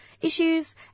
issues